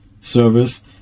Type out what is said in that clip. service